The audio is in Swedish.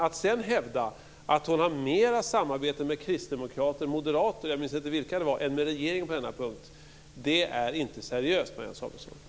Att sedan hävda att hon har mera samarbete med kristdemokrater och moderater än med regeringen på denna punkt är inte seriöst, Marianne Samuelsson.